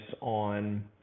on